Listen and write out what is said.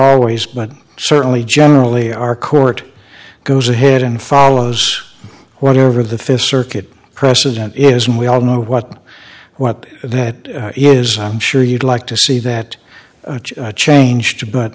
always but certainly generally our court goes ahead and follows whatever the th circuit precedent is and we all know what what that is i'm sure you'd like to see that change but